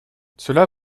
cela